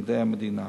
לידי המדינה.